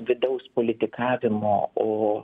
vidaus politikavimo o